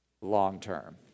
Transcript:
long-term